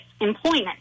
employment